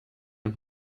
und